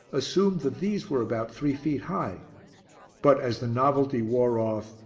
assumed that these were about three feet high but, as the novelty wore off,